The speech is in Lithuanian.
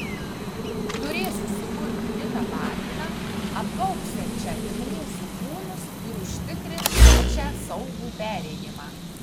turėsiu sukurti kitą patiną apgaubsiančią tik mūsų kūnus ir užtikrinsiančią saugų perėjimą